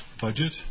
budget